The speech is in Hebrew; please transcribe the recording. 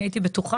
אני הייתי בטוחה